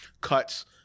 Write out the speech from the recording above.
cuts